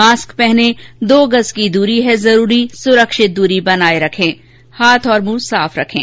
mask पहनें दो गज़ की दूरी है जरूरी सुरक्षित दूरी बनाए रखें हाथ और मुंह साफ रखें